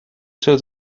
till